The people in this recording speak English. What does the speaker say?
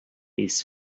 his